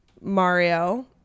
Mario